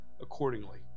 accordingly